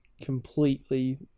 completely